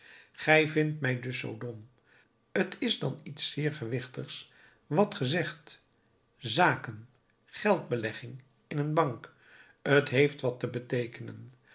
gij vindt mij dus zoo dom t is dan iets zeer gewichtigs wat ge zegt zaken geldbelegging in een bank t heeft wat te beteekenen